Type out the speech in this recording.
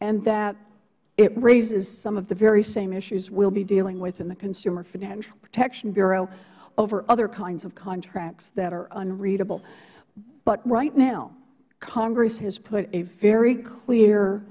and that it raises some of the very same issues we'll be dealing with in the consumer financial protection bureau over other kinds of contracts that are unreadable but right now congress has put a very clear